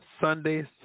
Sundays